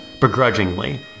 Begrudgingly